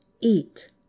eat